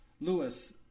Lewis